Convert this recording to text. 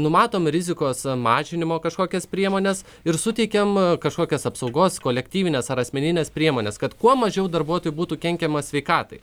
numatom rizikos mažinimo kažkokias priemones ir suteikiam kažkokias apsaugos kolektyvines ar asmenines priemones kad kuo mažiau darbuotojui būtų kenkiama sveikatai